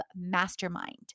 Mastermind